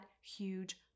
huge